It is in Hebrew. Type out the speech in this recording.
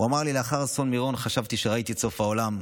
הוא אמר לי: לאחר אסון מירון חשבתי שראיתי את סוף העולם,